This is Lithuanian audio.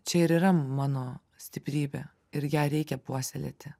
čia ir yra mano stiprybė ir ją reikia puoselėti